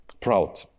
proud